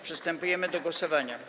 Przystępujemy do głosowania.